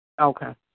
Okay